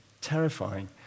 terrifying